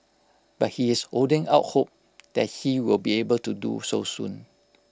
but he is holding out hope that he will be able to do so soon